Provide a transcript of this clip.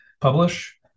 publish